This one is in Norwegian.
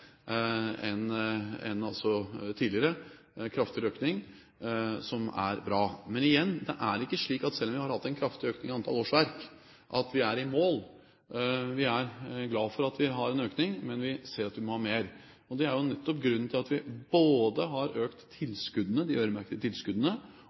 enn tidligere, en kraftigere økning. Det er bra. Men igjen: Det er ikke slik at selv om vi har hatt en kraftig økning i antall årsverk, er vi i mål. Vi er glade for at vi har en økning, men vi ser at vi må ha mer. Det er jo nettopp grunnen til både at vi har økt de øremerkede tilskuddene, og at vi har økt